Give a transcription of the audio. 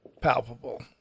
Palpable